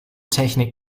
technik